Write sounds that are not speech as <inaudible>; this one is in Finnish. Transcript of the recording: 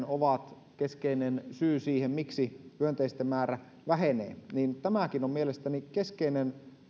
<unintelligible> ovat keskeinen syy siihen miksi hyönteisten määrä vähenee niin tämäkin on mielestäni keskeinen